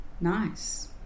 Nice